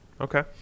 okay